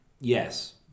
yes